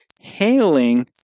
Hailing